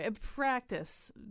practice